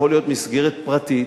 יכולה להיות מסגרת פרטית